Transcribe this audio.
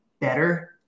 better